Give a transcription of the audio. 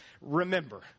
Remember